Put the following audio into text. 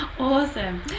Awesome